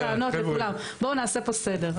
בואו נעשה פה סדר,